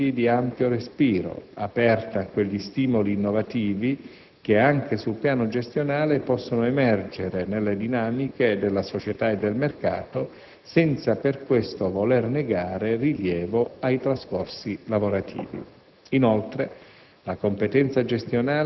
una formulazione letterale quindi di ampio respiro, aperta a quegli stimoli innovativi che anche sul piano gestionale possono emergere nelle dinamiche della società e del mercato, senza per questo voler negare rilievo ai trascorsi lavorativi.